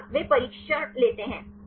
छात्र वे प्रशिक्षण लेते हैं